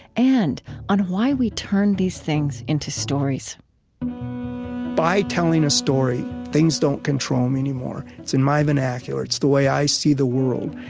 and on why we turn these things into stories by telling a story, things don't control me anymore. it's in my vernacular it's the way i see the world.